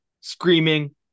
screaming